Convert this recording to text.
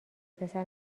پسر